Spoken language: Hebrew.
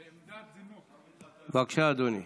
בבקשה, אדוני,